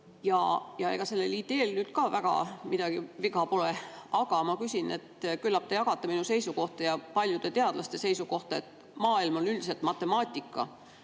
ja ega sellel ideel ka väga midagi viga pole. Aga ma küsin nii. Küllap te jagate minu seisukohta ja paljude teadlaste seisukohta, et maailm on üldiselt matemaatika.